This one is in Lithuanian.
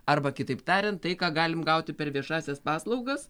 arba kitaip tariant tai ką galim gauti per viešąsias paslaugas